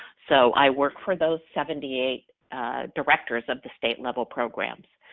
so i work for those seventy eight directors of the state-level programs.